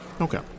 Okay